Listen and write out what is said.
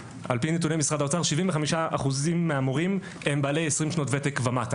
על פי נתוני משרד האוצר 75% מן המורים הם בעלי 20 שנות ותק ומטה,